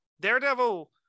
Daredevil